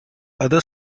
other